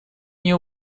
nie